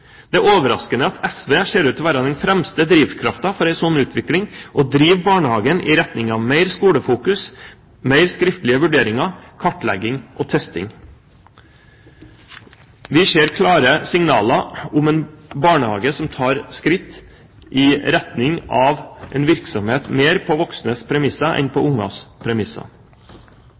Det er overraskende at SV ser ut til å være den fremste drivkraften for en slik utvikling, og driver barnehagen i retning av mer fokusering på skole, mer skriftlig vurdering, kartlegging og testing. Vi ser klare signaler om en barnehage som tar skritt i retning av en virksomhet mer på voksnes premisser enn på ungenes premisser.